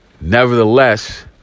Nevertheless